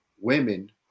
women